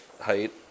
height